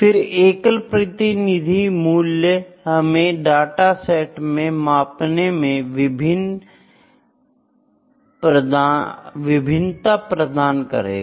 फिर एकल प्रतिनिधि मूल्य हमें डाटा सेट में मापने में विभिन्त प्रदान करेगा